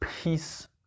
peace